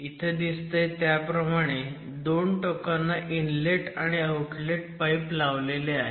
इथं दिसतंय त्याप्रमाणे दोन टोकांना इनलेट आणि आउटलेट पाईप लावले आहेत